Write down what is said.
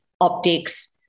optics